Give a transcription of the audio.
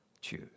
choose